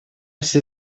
все